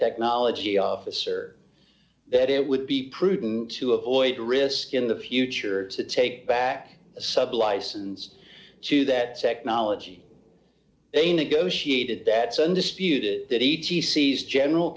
technology officer that it would be prudent to avoid risk in the future to take back sublicense to that technology they negotiated that so undisputed